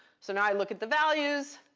so now i look at the values.